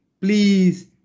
Please